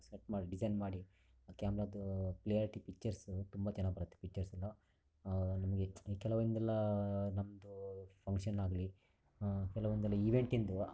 ಸಟ್ ಮಾಡಿ ಡಿಸೈನ್ ಮಾಡಿ ಆ ಕ್ಯಾಮ್ರದ್ದೂ ಕ್ಲಿಯರಿಟಿ ಪಿಚ್ಚರ್ಸು ತುಂಬ ಚೆನ್ನಾಗಿ ಬರುತ್ತೆ ಪಿಚ್ಚರ್ಸ್ ಎಲ್ಲ ನಿಮಗೆ ಈ ಕೆಲವೊಂದೆಲ್ಲ ನಮ್ಮದೂ ಫಂಕ್ಷನ್ ಆಗಲಿ ಕೆಲವೊಂದೆಲ್ಲ ಈವೆಂಟಿಂದು